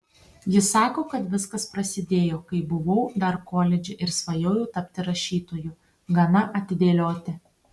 ji sako kad viskas prasidėjo kai buvau dar koledže ir svajojau tapti rašytoju gana atidėlioti